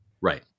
Right